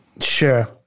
Sure